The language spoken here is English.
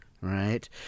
right